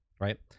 right